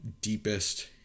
deepest